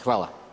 Hvala.